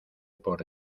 por